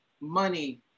money